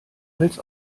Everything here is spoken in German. als